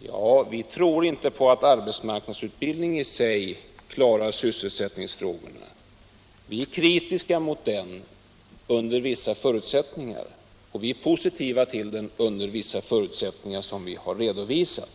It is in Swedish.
Ja, vi tror inte på att arbetsmarknadsutbildningen i sig klarar sysselsättningsfrågorna. Vi är kritiska mot den under vissa förutsättningar, och vi är positiva till den under vissa förutsättningar som vi har redovisat.